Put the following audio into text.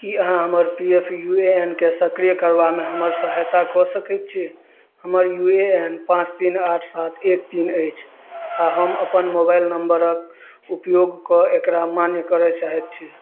कि अहाँ हमर P F U A N के सक्रिय करबामे हमर सहायता कऽ सकै छी हमर यू ए एन पाँच तीन आठ सात एक तीन अछि आओर हम अपन मोबाइल नम्बरके उपयोग कऽ एकरा मान्य करै चाहै छी